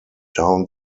down